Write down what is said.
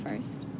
first